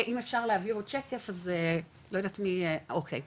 על שקף הבא,